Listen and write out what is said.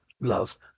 love